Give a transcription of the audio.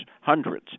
hundreds